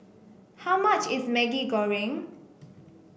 how much is Maggi Goreng